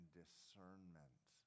discernment